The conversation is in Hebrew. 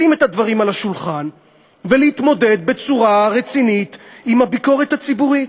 לשים את הדברים על השולחן ולהתמודד בצורה רצינית עם הביקורת הציבורית.